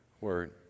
word